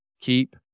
Keep